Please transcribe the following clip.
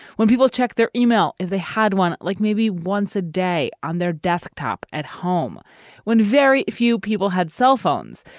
when people check their yeah e-mail, if they had one like maybe once a day on their desktop at home when very few people had cell phones.